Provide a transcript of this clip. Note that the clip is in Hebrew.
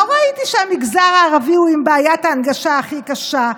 ולא ראיתי שהמגזר הערבי הוא עם בעיית ההנגשה הכי קשה.